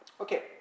Okay